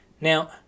Now